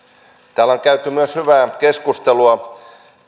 täällä on käyty myös hyvää keskustelua